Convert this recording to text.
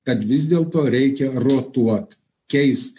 kad vis dėlto reikia rotuot keist